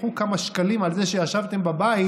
קחו כמה שקלים על זה שישבתם בבית,